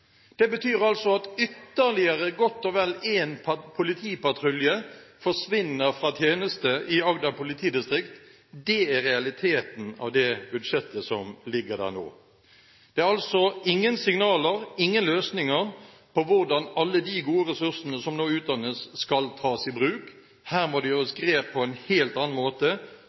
Det betyr altså at ytterligere godt og vel én politipatrulje forsvinner fra tjeneste i Agder politidistrikt. Det er realiteten ifølge det budsjettet som ligger der nå. Det er altså ingen signaler om, ingen løsninger på hvordan alle de gode ressursene som nå utdannes, skal tas i bruk. Her må det tas grep på en helt annen måte,